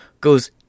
goes